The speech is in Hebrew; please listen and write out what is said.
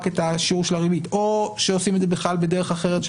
את השיעור של הריבית; או שעושים את זה בכלל בדרך אחרת,